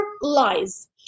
lies